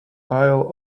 isle